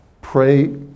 Pray